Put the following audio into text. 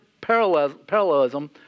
parallelism